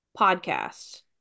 podcast